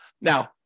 Now